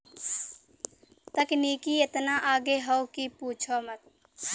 तकनीकी एतना आगे हौ कि पूछा मत